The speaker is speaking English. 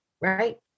Right